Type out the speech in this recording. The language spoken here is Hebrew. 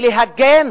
להגן